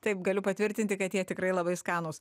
taip galiu patvirtinti kad jie tikrai labai skanūs